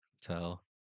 tell